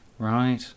Right